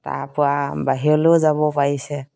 তাৰপৰা বাহিৰলৈও যাব পাৰিছে